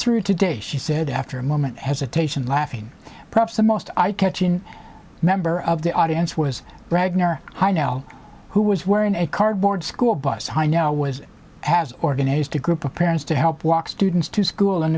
through today she said after a moment's hesitation laughing perhaps the most eye catching member of the audience was ragnor who was wearing a cardboard school bus heino was has organized a group of parents to help walk students to school in